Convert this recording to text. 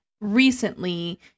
recently